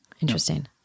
Interesting